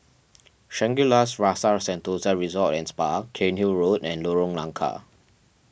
Shangri La's Rasa Sentosa Resort and Spa Cairnhill Road and Lorong Nangka